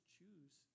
choose